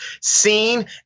seen